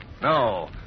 No